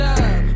up